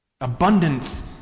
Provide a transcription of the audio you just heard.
Abundance